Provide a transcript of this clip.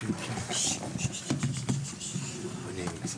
שר הרווחה